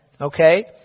Okay